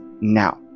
now